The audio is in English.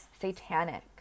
satanic